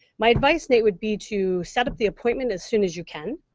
my advice, nate, would be to setup the appointment as soon as you can.